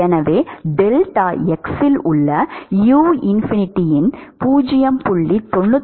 எனவே டெல்டா xல் உள்ள u இன்ஃபினிட்டியின் 0